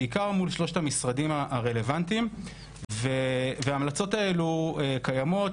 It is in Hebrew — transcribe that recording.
בעיקר מול שלושת המשרדים הרלוונטיים וההמלצות האלה קיימות,